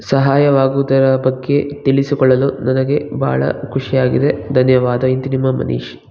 ಸಹಾಯವಾಗುವುದರ ಬಗ್ಗೆ ತಿಳಿಸಿಕೊಳ್ಳಲು ನನಗೆ ಬಹಳ ಖುಷಿಯಾಗಿದೆ ಧನ್ಯವಾದ ಇಂತಿ ನಿಮ್ಮ ಮನೀಶ್